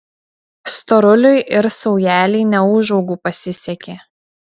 storuliui ir saujelei neūžaugų pasisekė